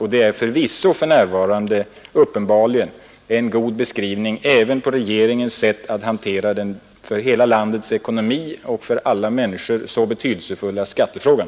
Och det är förvisso för närvarande en god beskrivning även på regeringens sätt att hantera den för hela landets ekonomi och för alla människor så betydelsefulla skattefrågan.